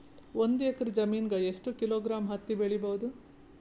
ಒಂದ್ ಎಕ್ಕರ ಜಮೀನಗ ಎಷ್ಟು ಕಿಲೋಗ್ರಾಂ ಹತ್ತಿ ಬೆಳಿ ಬಹುದು?